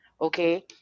okay